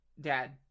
dad